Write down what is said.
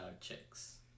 chicks